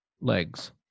legs